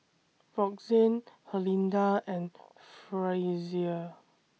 Roxane Herlinda and Frazier